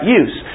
use